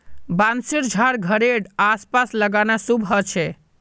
बांसशेर झाड़ घरेड आस पास लगाना शुभ ह छे